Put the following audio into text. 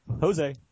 jose